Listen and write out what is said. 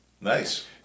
Nice